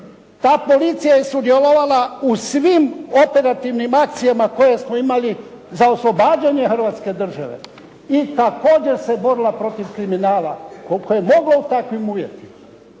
Ta policija je sudjelovala u svim operativnim akcijama koje smo imali za oslobađanje Hrvatske države i također se borila protiv kriminala koliko je mogla u takvim uvjetima.